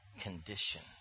condition